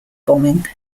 bombing